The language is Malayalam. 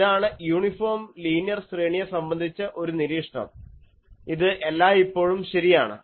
ഇതാണ് യൂണിഫോം ലീനിയർ ശ്രേണിയെ സംബന്ധിച്ച ഒരു നിരീക്ഷണം ഇത് എല്ലായ്പ്പോഴും ശരിയാണ്